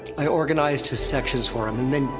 i organized his sections for him, and then,